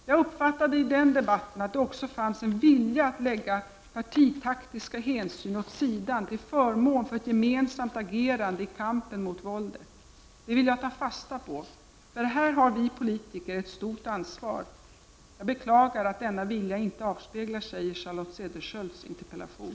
Jag uppfattade i den här debatten att det också fanns en vilja att lägga partitaktiska hänsyn åt sidan till förmån för ett gemensamt agerande i kampen mot våldet. Det vill jag ta fasta på, för här har vi politiker ett stort ansvar. Jag beklagar att denna vilja inte avspeglar sig i Charlotte Cederschiölds interpellation.